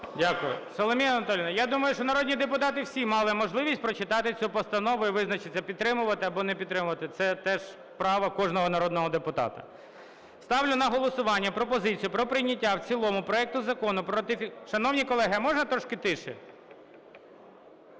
Дякую. Соломія Анатоліївна, я думаю, що народні депутати всі мали можливість прочитати цю постанову і визначитися, підтримувати або не підтримувати, це теж право кожного народного депутата. Ставлю на голосування пропозицію про прийняття в цілому проекту закону про… Шановні колеги, а можна трошки тихіше?